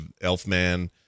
Elfman